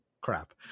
crap